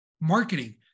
Marketing